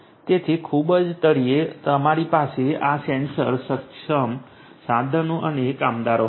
તેથી ખૂબ જ તળિયે અમારી પાસે આ સેન્સર સક્ષમ સાધનો અને કામદારો હશે